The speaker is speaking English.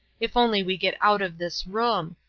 if only we get out of this room.